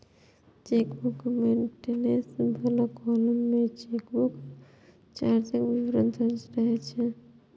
chequebook maintenance बला column मे chequebook चार्जक विवरण दर्ज रहै छै